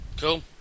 Cool